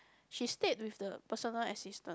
she stayed with the personal assistant